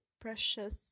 precious